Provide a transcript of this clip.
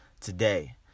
today